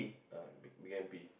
ah big big N P